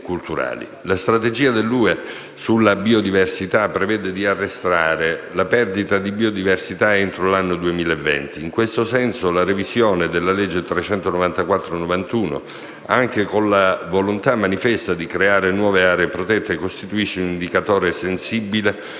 La strategia dell'Unione europea sulla biodiversità prevede di arrestare la perdita di biodiversità entro l'anno 2020. In questo senso la revisione della legge n. 394 del 1991, anche con la volontà manifesta di creare nuove aree protette, costituisce un indicatore sensibile per comprendere